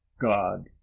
God